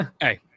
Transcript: Hey